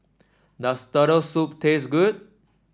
does Turtle Soup taste good